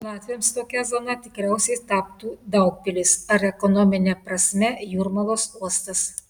latviams tokia zona tikriausiai taptų daugpilis ar ekonomine prasme jūrmalos uostas